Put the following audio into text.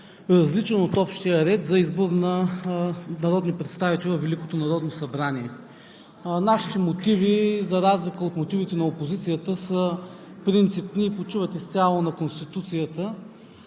различен от общия ред за избор на народни представители във Великото народно събрание. Нашите мотиви, за разлика от мотивите на опозицията, са принципни и почиват изцяло на Конституцията,